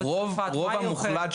מה היא אוכלת?